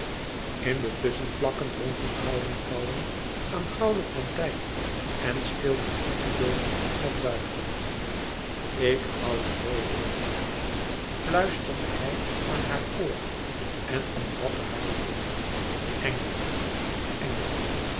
in de tusschenvakken dronken gouden pauwen aan gouden fonteinen en speelden cupido's met duiven k hoû zooveel van je fluisterde hij aan haar oor en omvatte haar middel engel engel